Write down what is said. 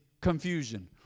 confusion